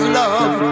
love